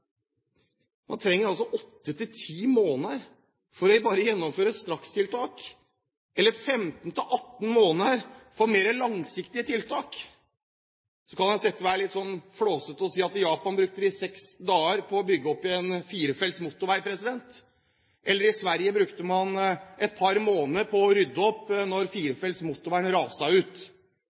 Man trenger 8–10 måneder bare for å gjennomføre strakstiltak, eller 15–18 måneder for mer langsiktige tiltak. Så kan man være litt sånn flåsete og si at i Japan brukte de seks dager på å bygge opp igjen en firefelts motorvei, eller i Sverige brukte man et par måneder på å rydde opp da en firefelts motorvei raste ut.